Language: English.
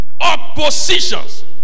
oppositions